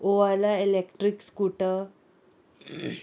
ola electric scooter